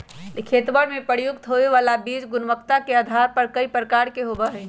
खेतवन में प्रयुक्त होवे वाला बीज गुणवत्ता के आधार पर कई प्रकार के होवा हई